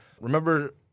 Remember